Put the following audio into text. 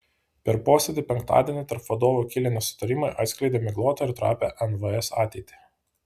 per posėdį penktadienį tarp vadovų kilę nesutarimai atskleidė miglotą ir trapią nvs ateitį